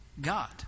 God